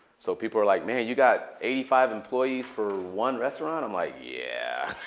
so people are like, man, you got eighty five employees for one restaurant? i'm like, yeah.